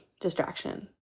distraction